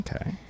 Okay